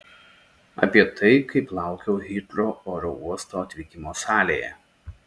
apie tai kaip laukiau hitrou oro uosto atvykimo salėje